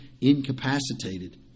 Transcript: incapacitated